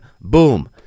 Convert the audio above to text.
Boom